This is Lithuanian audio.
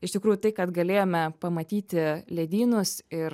iš tikrųjų tai kad galėjome pamatyti ledynus ir